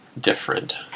different